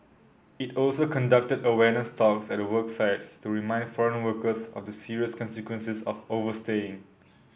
it also conducted awareness talks at work sites to remind foreign workers of the serious consequences of overstaying